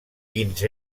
quins